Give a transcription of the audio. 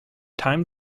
time